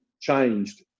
changed